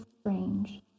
strange